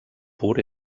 pur